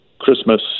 Christmas